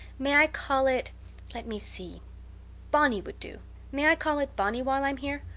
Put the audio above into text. may i call it let me see bonny would do may i call it bonny while i'm here?